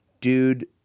dude